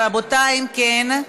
רבותי, אם כן,